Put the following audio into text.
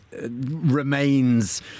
remains